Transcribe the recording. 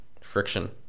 Friction